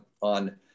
on